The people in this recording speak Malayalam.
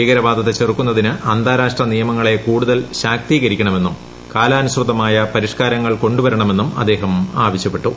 ഭീകരവാദത്തെ ചെറുക്കുന്നതിന് അന്താരാഷ്ട്ര നിയമങ്ങളെ കൂടുതൽ ശാക്തീകരിക്കണമെന്നും കാലാനുസൃതമായ പരിഷ്കാര ങ്ങൾ കൊണ്ടുവരണമെന്നും അദ്ദേഹം ആവശ്യപ്പെട്ടു